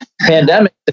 pandemic